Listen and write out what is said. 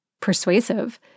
persuasive